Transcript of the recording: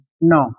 No